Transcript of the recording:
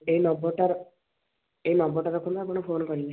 ଏଇ ନମ୍ବରଟାର ଏଇ ନମ୍ବରଟା ରଖନ୍ତୁ ଆପଣ ଫୋନ କରିବେ